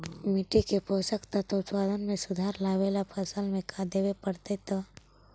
मिट्टी के पोषक तत्त्व और उत्पादन में सुधार लावे ला फसल में का देबे पड़तै तै?